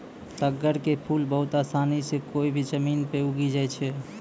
तग्गड़ के फूल बहुत आसानी सॅ कोय भी जमीन मॅ उगी जाय छै